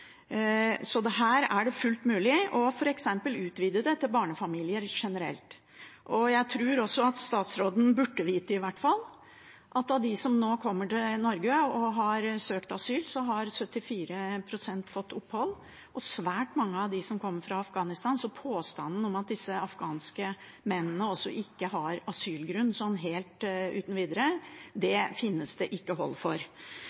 Så her er det fullt mulig å utvide det til f.eks. barnefamilier generelt. Jeg tror også at statsråden i hvert fall burde vite at av de som nå kommer til Norge og har søkt asyl, har 74 pst. fått opphold, også svært mange av dem som kommer fra Afghanistan. Så påstanden om at disse afghanske mennene ikke har asylgrunn sånn helt uten videre,